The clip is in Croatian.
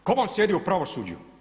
Tko vam sjedi u pravosuđu?